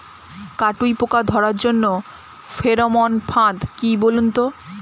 কাটুই পোকা ধরার জন্য ফেরোমন ফাদ কি বলুন তো?